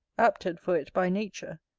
apted for it by nature,